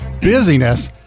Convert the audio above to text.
busyness